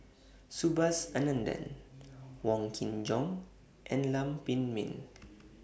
Subhas Anandan Wong Kin Jong and Lam Pin Min